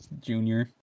junior